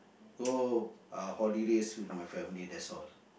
go uh holidays with my family that's all